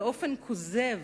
באופן כוזב,